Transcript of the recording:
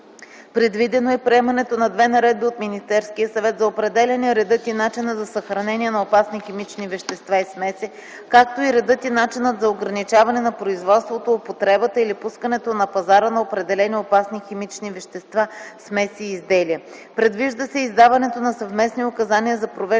Предвидено е приемането на две наредби от Министерския съвет за определяне реда и начина за съхранение на опасни химични вещества и смеси, както и реда и начина за ограничаване на производството, употребата или пускането на пазара на определени опасни химични вещества, смеси и изделия. Предвижда се и издаването на съвместни указания за провеждане